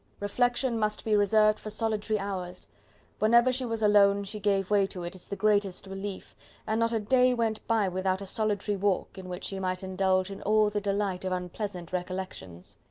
reflection must be reserved for solitary hours whenever she was alone, she gave way to it as the greatest relief and not a day went by without a solitary walk, in which she might indulge in all the delight of unpleasant recollections.